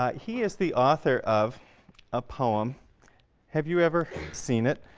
ah he is the author of a poem have you ever seen it?